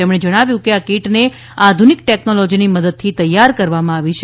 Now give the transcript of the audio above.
તેમણે જણાવ્યું કે આ કીટને આધુનિક ટેકનોલોજીની મદદથી તૈયાર કરવામાં આવી છે